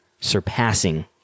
surpassing